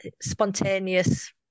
spontaneous